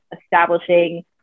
establishing